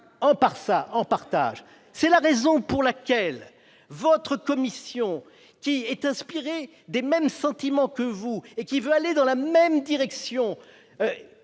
collègues, c'est la raison pour laquelle votre commission, qui est inspirée des mêmes sentiments que vous, qui veut aller dans la même direction,